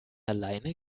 alleine